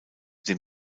dem